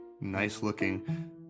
nice-looking